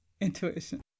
intuition